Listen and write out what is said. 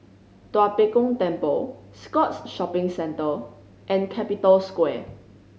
Tua Pek Kong Temple Scotts Shopping Centre and Capital Square